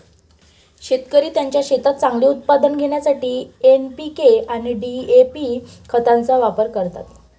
शेतकरी त्यांच्या शेतात चांगले उत्पादन घेण्यासाठी एन.पी.के आणि डी.ए.पी खतांचा वापर करतात